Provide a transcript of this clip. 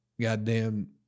goddamn